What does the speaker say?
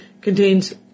contains